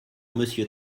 monsieur